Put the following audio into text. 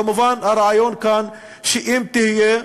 כמובן, הרעיון כאן שאם תהיה,